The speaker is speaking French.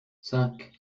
cinq